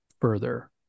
further